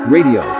Radio